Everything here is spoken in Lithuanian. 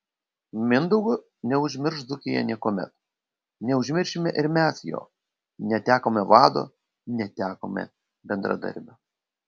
mindaugo neužmirš dzūkija niekuomet neužmiršime ir mes jo netekome vado netekome bendradarbio